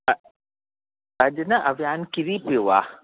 हा अॼु न अवियान किरी पियो आहे